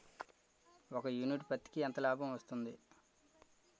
ఒక యూనిట్ పత్తికి ఎంత లాభం వస్తుంది?